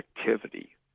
activity